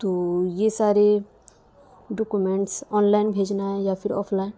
تو یہ سارے ڈاکومینٹس آن لائن بھیجنا ہے یا پھر آف لائن